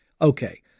okay